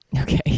okay